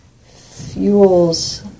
fuels